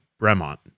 Bremont